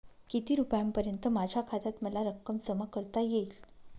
किती रुपयांपर्यंत माझ्या खात्यात मला रक्कम जमा करता येईल?